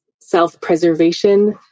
self-preservation